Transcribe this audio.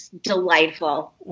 delightful